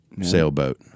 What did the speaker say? sailboat